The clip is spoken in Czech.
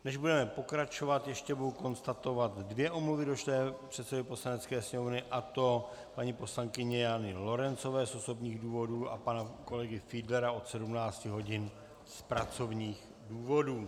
Než budeme pokračovat, ještě budu konstatovat dvě omluvy došlé předsedovi Poslanecké sněmovny, a to paní poslankyně Jany Lorencové z osobních důvodů a pana kolegy Fiedlera od 17 hodin z pracovních důvodů.